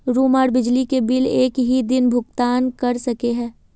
Room आर बिजली के बिल एक हि दिन भुगतान कर सके है?